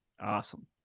Awesome